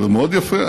זה מאוד יפה.